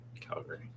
Calgary